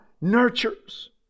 nurtures